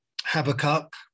Habakkuk